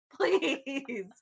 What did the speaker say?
please